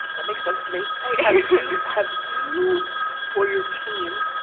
that makes sense to me. have you have you or your team,